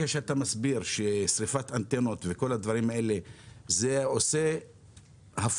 שאתה מסביר שריפת אנטנות וכל הדברים האלה עושה הפוך